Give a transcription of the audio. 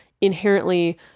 inherently